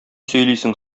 сөйлисең